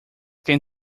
can